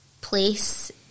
place